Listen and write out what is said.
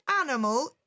animal